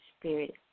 spirit